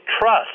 trust